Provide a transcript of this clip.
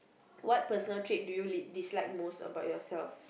what personal trait do you l~ dislike most about yourself